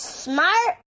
smart